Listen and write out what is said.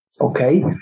Okay